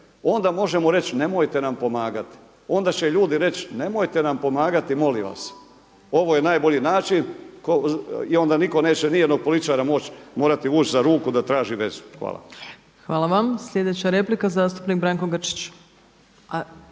onda možemo reći nemojte nam pomagati. Onda će i ljudi reći nemojte nam pomagati molim vas. Ovo je najbolji način i onda nitko neće ni jednog političara moći morati vući za ruku da traži vezu. Hvala. **Opačić, Milanka (SDP)** Hvala vam. Sljedeća replika, zastupnik Branko Grčić.